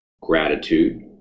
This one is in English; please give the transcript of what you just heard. gratitude